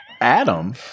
Adam